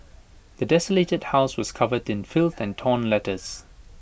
the desolated house was covered in filth and torn letters